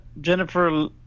Jennifer